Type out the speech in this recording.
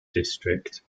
district